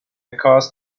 cast